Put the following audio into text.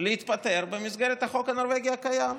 להתפטר במסגרת החוק הנורבגי הקיים.